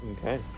Okay